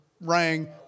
rang